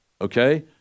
okay